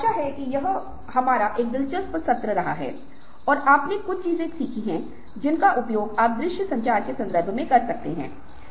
यदि विचार है तो प्रयोगशाला में विचारों का परीक्षण करने के लिए व्यक्तियों की ओर से सत्यापन की आवश्यकता हो सकती है